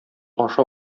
аша